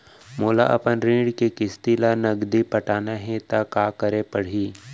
मोला अपन ऋण के किसती ला नगदी पटाना हे ता का करे पड़ही?